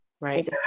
Right